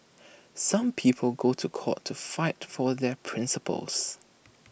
some people go to court to fight for their principles